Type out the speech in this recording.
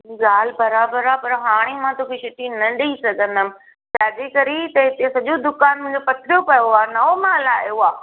ॻाल्हि बराबरु आहे पर हाणे मां तोखे छुटी न ॾेई सघंदमि छाजे करे त हिते सॼो दुकानु मुंहिंजो पथिरियो पियो आहे नओं मालु आयो आहे